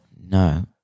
No